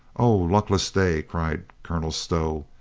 oh, luck less day! cried colonel stow.